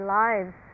lives